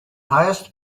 highest